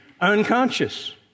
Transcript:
unconscious